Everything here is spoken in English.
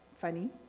funny